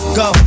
go